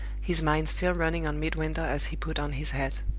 his mind still running on midwinter as he put on his hat.